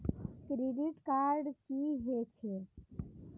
Credit card की हे छे?